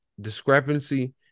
discrepancy